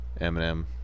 Eminem